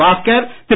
Bhaskar Thiru